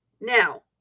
Now